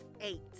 eight